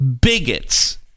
bigots